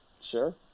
sure